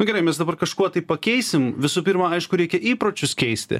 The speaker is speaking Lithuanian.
nu gerai mes dabar kažkuo tai pakeisim visų pirma aišku reikia įpročius keisti